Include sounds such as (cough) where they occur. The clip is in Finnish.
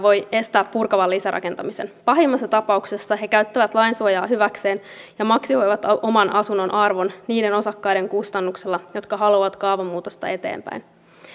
(unintelligible) voi estää purkavan lisärakentamisen pahimmassa tapauksessa he käyttävät lainsuojaa hyväkseen ja maksimoivat oman asunnon arvon niiden osakkaiden kustannuksella jotka haluavat kaavamuutosta eteenpäin